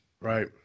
Right